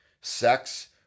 sex